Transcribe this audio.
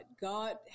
God